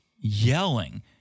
yelling